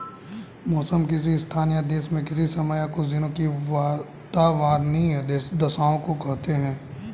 मौसम किसी स्थान या देश में किसी समय या कुछ दिनों की वातावार्नीय दशाओं को कहते हैं